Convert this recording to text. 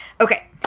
Okay